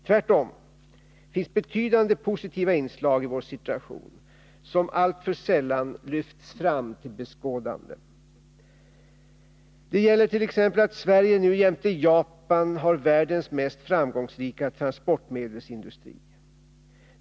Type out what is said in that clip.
Tvärtom finns betydande positiva inslag i vår situation som alltför sällan lyfts fram till beskådande. Det gäller t.ex. att Sverige nu jämte Japan har världens mest framgångsrika transportmedelsindustri.